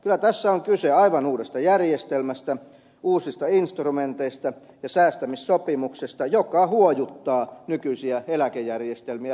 kyllä tässä on kyse aivan uudesta järjestelmästä uusista instrumenteista ja säästämissopimuksesta joka huojuttaa nykyisiä eläkejärjestelmiä